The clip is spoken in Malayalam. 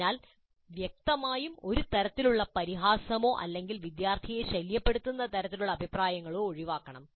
അതിനാൽ വ്യക്തമായും ഒരു തരത്തിലുള്ള പരിഹാസമോ അല്ലെങ്കിൽ വിദ്യാർത്ഥിയെ ശല്യപ്പെടുത്തുന്ന തരത്തിലുള്ള അഭിപ്രായങ്ങളോ ഒഴിവാക്കണം